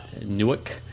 Newick